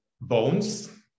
bones